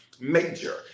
major